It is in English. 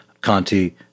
Conti